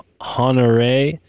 Honore